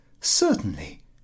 certainly